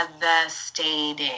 devastating